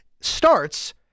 starts